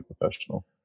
professional